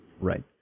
Right